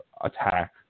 attack